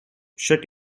shut